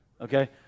Okay